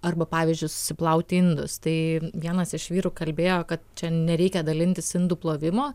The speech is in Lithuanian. arba pavyzdžiui suplauti indus tai vienas iš vyrų kalbėjo kad čia nereikia dalintis indų plovimo